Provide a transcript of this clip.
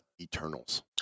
Eternals